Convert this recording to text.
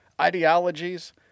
ideologies